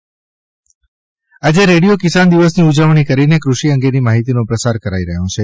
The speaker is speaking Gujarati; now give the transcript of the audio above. રેડિયો કિસાન દિવસ આજે રેડિયો કિસાન દિવસની ઉજવણી કરીને ક઼ષિ અંગેની માહિતીનો પ્રસાર કરાઇ રહ્યો છે